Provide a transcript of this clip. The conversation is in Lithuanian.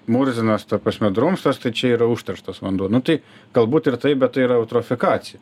murzinas ta prasme drumstas tai čia yra užterštas vanduo nu tai galbūt ir taip bet tai yra eutrofikacija